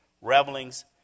revelings